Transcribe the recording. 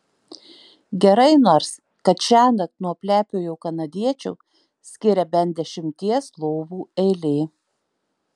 gerai nors kad šiąnakt nuo plepiojo kanadiečio skiria bent dešimties lovų eilė